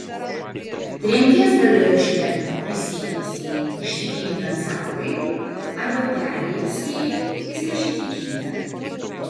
tremties galėjo išvengti prisiekusieji ištikimybę carui arba perėjusieji į stačiatikybę